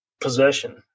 possession